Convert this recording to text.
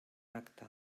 acta